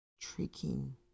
tricking